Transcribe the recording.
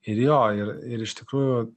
ir jo ir ir iš tikrųjų